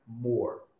more